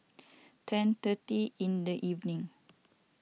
ten thirty in the evening